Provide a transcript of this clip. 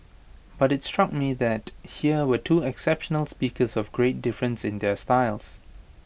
but IT struck me that here were two exceptional speakers of great difference in their styles